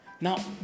Now